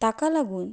ताका लागून